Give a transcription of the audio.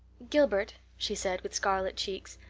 gilbert, she said, with scarlet cheeks,